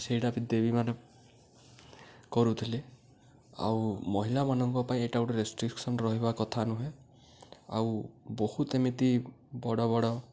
ସେଇଟା ବି ଦେବୀମାନେ କରୁଥିଲେ ଆଉ ମହିଳାମାନଙ୍କ ପାଇଁ ଏଇଟା ଗୋଟେ ରେଷ୍ଟ୍ରିକ୍ସନ୍ ରହିବା କଥା ନୁହେଁ ଆଉ ବହୁତ ଏମିତି ବଡ଼ ବଡ଼